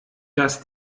dass